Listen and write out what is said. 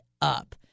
up